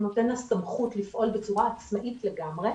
נותן לה סמכות לפעול בצורה עצמאית לגמרי.